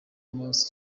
mose